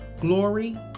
glory